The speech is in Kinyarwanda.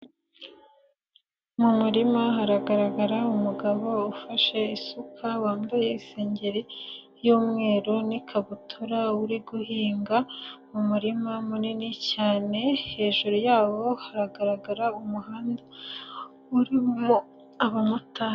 Mu murima haragaragara umugabo ufashe isuka wambaye isengeri y'umweru n'ikabutura, uri guhinga mu murima munini cyane hejuru yawo haragaragara umuhanda urimo abamotari.